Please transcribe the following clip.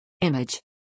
Image